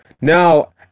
now